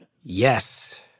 Yes